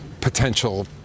potential